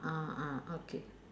ah ah okay